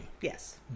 Yes